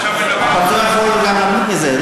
אתה עכשיו מדבר, הפצוע יכול גם למות מזה.